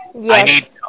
Yes